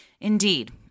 Indeed